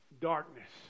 darkness